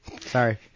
Sorry